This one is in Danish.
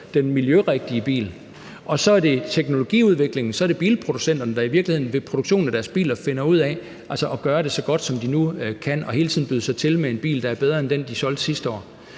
den miljørigtige bil. Og så handler det om teknologiudviklingen – så er det bilproducenterne, der i virkeligheden ved produktionen af deres biler finder ud af at gøre det så godt, som de nu kan, og hele tiden byder sig til med en bil, der er bedre end den, de solgte sidste år.